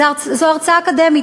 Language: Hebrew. זו הרצאה אקדמית,